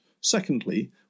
Secondly